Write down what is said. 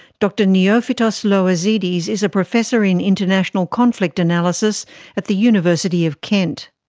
dr neophytos loizides is a professor in international conflict analysis at the university of kent.